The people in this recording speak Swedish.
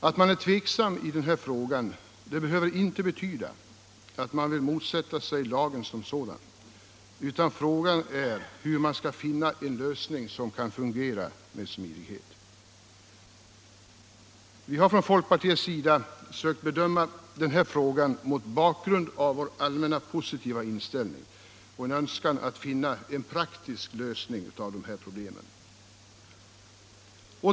Att man är tveksam i denna fråga behöver inte betyda att man vill motsätta sig lagen som sådan, utan frågan är hur man skall finna en lösning som kan fungera med smidighet. Vi har från folkpartiets sida sökt bedöma denna fråga mot bakgrund av vår allmänna positiva inställning och önskan att finna en praktisk lösning av dessa problem.